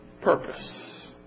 purpose